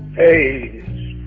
hey,